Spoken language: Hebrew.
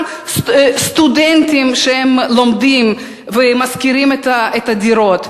על סטודנטים שלומדים ומשכירים להם את הדירות,